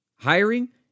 Hiring